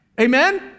Amen